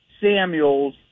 Samuels